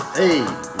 hey